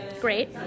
great